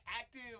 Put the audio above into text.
active